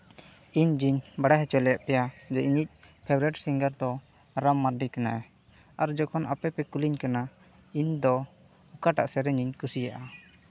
ᱤᱧ ᱜᱤᱧ ᱵᱟᱰᱟᱭ ᱦᱚᱪᱚ ᱞᱮᱫ ᱯᱮᱭᱟ ᱡᱮ ᱤᱧᱤᱡ ᱯᱷᱮᱵᱽᱨᱮᱴ ᱥᱤᱝᱜᱟᱨ ᱫᱚ ᱨᱟᱢ ᱢᱟᱨᱰᱤ ᱠᱟᱱᱟᱭ ᱟᱨ ᱡᱚᱠᱷᱚᱱ ᱟᱯᱮ ᱯᱮ ᱠᱩᱞᱤᱧ ᱠᱟᱱᱟ ᱤᱧᱫᱚ ᱚᱠᱟᱴᱟᱜ ᱥᱮᱨᱮᱧ ᱤᱧ ᱠᱩᱥᱤᱭᱟᱜᱼᱟ